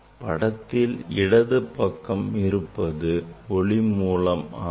படத்தில் இடது பக்கம் இருப்பது ஒளி மூலமாகும்